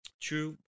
True